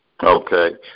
Okay